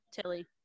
tilly